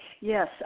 Yes